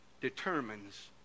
determines